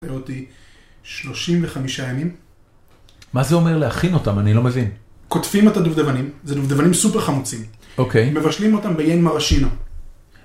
היו אותי 35 הימים. מה זה אומר להכין אותם? אני לא מבין. קוטפים את הדובדבנים, זה דובדבנים סופר חמוצים. אוקיי. מבשלים אותם ביין מראשינו.